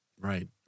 Right